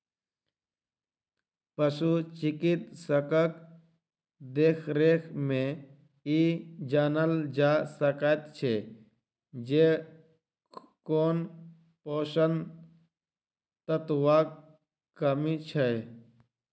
पशु चिकित्सकक देखरेख मे ई जानल जा सकैत छै जे कोन पोषण तत्वक कमी छै